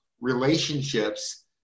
relationships